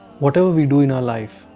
whatever we do in our life,